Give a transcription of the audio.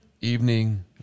evening